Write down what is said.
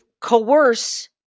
coerce